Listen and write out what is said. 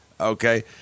Okay